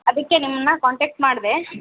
ಅದಕ್ಕೆ ನಿಮ್ಮನ್ನ ಕಾಂಟ್ಯಾಕ್ಟ್ ಮಾಡಿದೆ